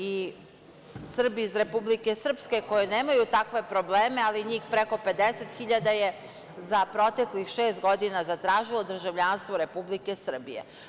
I Srbi iz Republike Srpske koji nemaju takve probleme, ali njih preko 50.000 je za proteklih šest godina zatražilo državljanstvo Republike Srbije.